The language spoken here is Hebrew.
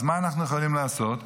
אז מה אנחנו יכולים לעשות?